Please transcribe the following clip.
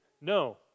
No